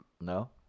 No